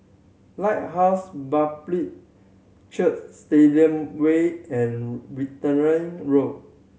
Lighthouse Baptist Church Stadium Way and Wittering Road